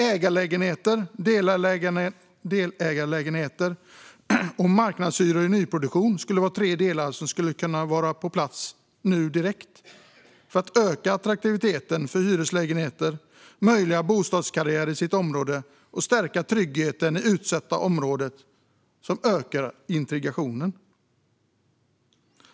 Ägarlägenheter, delägarlägenheter och marknadshyror i nyproduktion är tre delar som skulle kunna vara på plats nu direkt för att öka attraktiviteten för hyreslägenheter, möjliggöra bostadskarriär i ens eget område, stärka tryggheten i utsatta områden och öka integrationen.